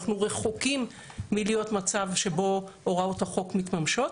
אנחנו רחוקים להיות במצב שבו הוראות החוק מתממשות